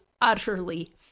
utterly